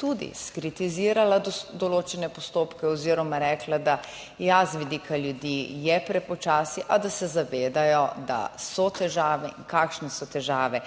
tudi skritizirala določene postopke oziroma rekla, da, ja, z vidika ljudi je prepočasi, a da se zavedajo, da so težave in kakšne so težave